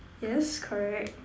yes correct